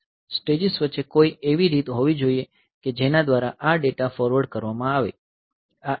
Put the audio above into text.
stages વચ્ચે કોઈ એવી રીત હોવી જોઈએ કે જેના દ્વારા આ ડેટા ફોરવર્ડ કરવામાં આવે